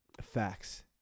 facts